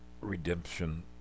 redemption